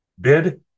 bid